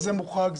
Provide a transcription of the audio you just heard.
מוחרג,